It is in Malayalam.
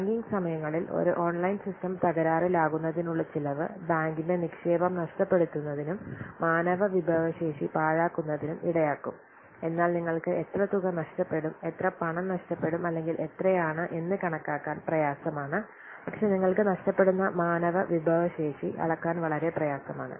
ബാങ്കിംഗ് സമയങ്ങളിൽ ഒരു ഓൺലൈൻ സിസ്റ്റം തകരാറിലാകുന്നതിനുള്ള ചെലവ് ബാങ്കിന്റെ നിക്ഷേപം നഷ്ടപ്പെടുന്നതിനും മാനവ വിഭവശേഷി പാഴാക്കുന്നതിനും ഇടയാക്കും എന്നാൽ നിങ്ങൾക്ക് എത്ര തുക നഷ്ടപ്പെടും എത്ര പണം നഷ്ടപ്പെടും അല്ലെങ്കിൽ എത്രയാണ് എന്ന് കണക്കാക്കാൻ പ്രയാസമാണ് പക്ഷേ നിങ്ങൾക്ക് നഷ്ടപ്പെടുന്ന മാനവ വിഭവശേഷി അളക്കാൻ വളരെ പ്രയാസമാണ്